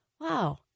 Wow